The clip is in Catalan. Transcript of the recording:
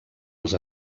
els